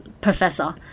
professor